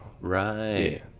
Right